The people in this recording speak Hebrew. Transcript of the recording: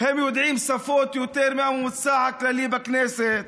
הם יודעים שפות יותר מהממוצע הכללי בכנסת,